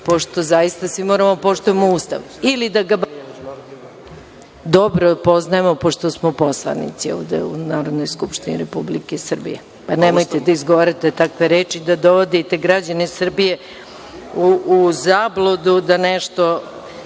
pošto zaista, svi moramo da poštujemo Ustav ili da ga bar dobro poznajemo pošto smo poslanici ovde u Narodnoj skupštini Republike Srbije. Pa, nemojte da izgovarate takve reči, da dovodite građane Srbije u zabludu da nešto